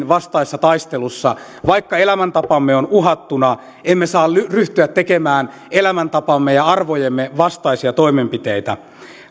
vastaisessa taistelussa vaikka elämäntapamme on uhattuna emme saa ryhtyä tekemään elämäntapamme ja arvojemme vastaisia toimenpiteitä